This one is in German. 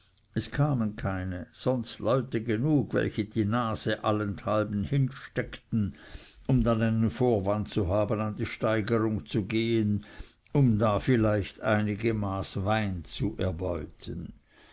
es kamen keine sonst leute genug welche die nase allenthalben hinsteckten um dann einen vorwand zu haben an die steigerung zu gehen um da vielleicht einige maß wein zu erbeuten